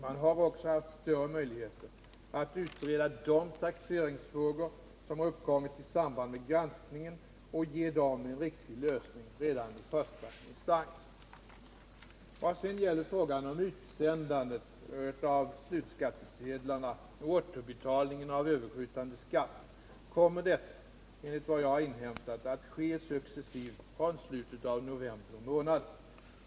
Man har också haft större möjligheter att utreda de taxeringsfrågor som har uppkommit i samband med granskningen och ge dem en riktig lösning redan i första instans. Vad sedan gäller frågan om utsändandet av slutskattesedlarna och återbetalningen av överskjutande skatt kommer detta, enligt vad jag har inhämtat, att ske successivt från slutet av november månad.